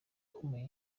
ukomeye